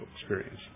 experience